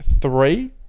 three